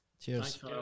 cheers